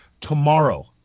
tomorrow